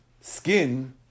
skin